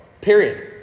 period